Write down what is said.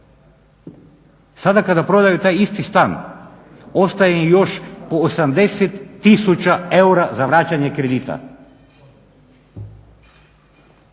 Sada kada prodaju taj isti stan ostaje im još 80 000 eura za vraćanje kredita.